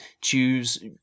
choose